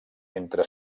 entre